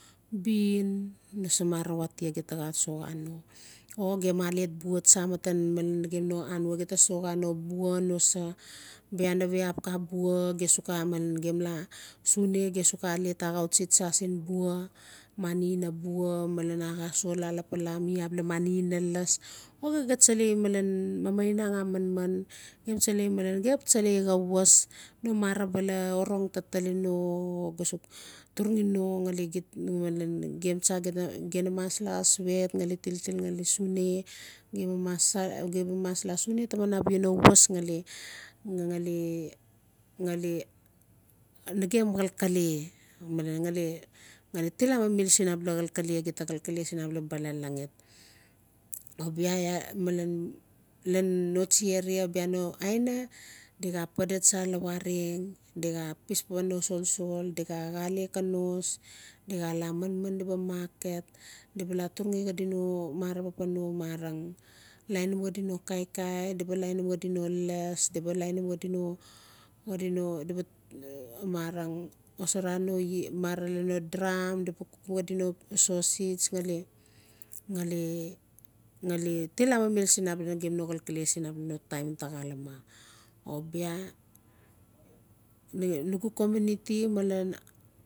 Bin no samara watia gem taa gaa soxa no ma alet bua tsa matan anwa gem taa soxa no bua o no siaa nave axap xaa bua gem sux malen laa sune gem sux xaa alet axau tsi tsa sin bua mani ina bua malen a xaa sol laa lapala i abia mani ina las o xii xaa tsalai mamainag a manman gem tsalai malan gem xap tsalai xaa was no marang bala orog taa tali no sux turugi no gali gita gali gem tsa na mas laa swet gali til-til gali sune gem baa mas laa sune taman abia no was gali-gali nagem xalkale malen gali til amimil sin abia xalxale gita xalkale sin abal balalagit o bia lan noasti area no aina di xaa papae tsa lawareg di xaa pis pan no solsol di xaa xale konos di xaa laa manman di baa maket di baa laa turugi xadi no marang papan no marang lainim xadi no kaikai xadi no las di baa di baa xosara no ie lalan abia no drum kukim no pu sosis xale-xale til amimil sin no xalkale sin abia no taim taa xaleme o bia nugu community malen